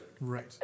right